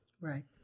Right